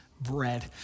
bread